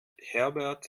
herbert